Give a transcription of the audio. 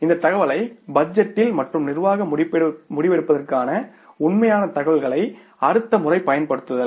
இந்த தகவலை பட்ஜெட்டில் மற்றும் நிர்வாக முடிவெடுப்பதற்கான உண்மையான தகவல்களை அடுத்த முறை பயன்படுத்துதல்